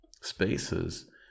spaces